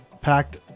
packed